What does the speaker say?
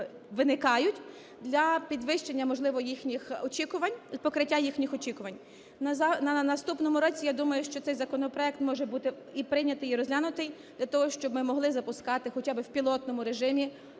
для підвищення, можливо, їхніх очікувань, покриття їхніх очікувань. В наступному році, я думаю, що цей законопроект може бути і прийнятий, і розглянутий для того, щоб ми могли запускати, хоча би в пілотному режимі